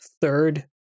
third